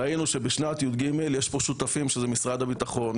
ראינו שבשנת י"ג יש פה שותפים שזה משרד הביטחון,